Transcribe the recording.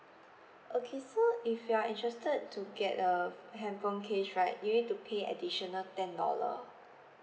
okay so if you are interested to get um handphone cage right you need to pay additional ten hour